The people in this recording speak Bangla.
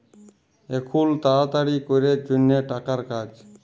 এখুল তাড়াতাড়ি ক্যরের জনহ টাকার কাজ